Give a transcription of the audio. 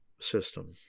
system